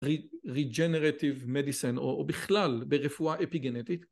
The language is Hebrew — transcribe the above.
רג'נרטיב מדיסן או בכלל ברפואה אפיגנטית